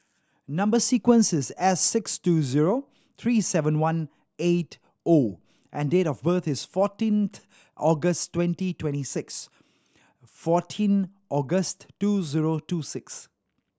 number sequence is S six two zero three seven one eight O and date of birth is fourteenth August twenty twenty six fourteen August two zero two six